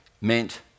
meant